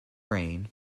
reign